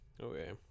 Okay